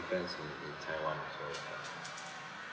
friends who in taiwan also